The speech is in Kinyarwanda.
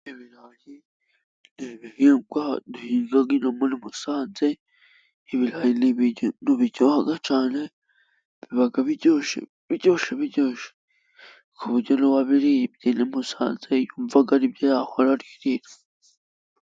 Ibirayi ni ibihingwa duhinga ino muri Musanze .ibirayi ni ibintu biryoha cyane. Biba biryoshye, biryoshye, biryoshye kuburyo n'uwabiriye ino i Musanze yumva ari byo yahora aririra.